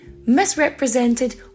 misrepresented